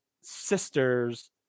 sister's